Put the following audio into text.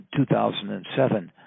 2007